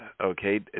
Okay